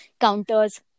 counters